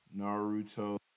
naruto